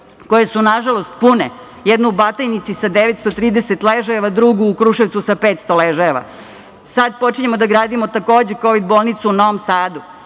koje su, nažalost, pune, jednu u Batajnici sa 930 ležajeva a drugu u Kruševcu sa 500 ležajeva? Sad počinjemo da gradimo takođe kovid bolnicu u Novom Sadu.